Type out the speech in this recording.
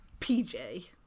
PJ